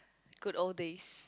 good old days